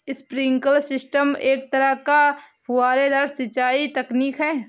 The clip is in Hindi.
स्प्रिंकलर सिस्टम एक तरह का फुहारेदार सिंचाई तकनीक है